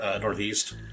northeast